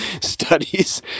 studies